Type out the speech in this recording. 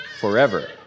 forever